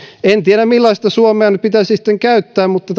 en tiedä millaista suomea nyt pitäisi sitten käyttää mutta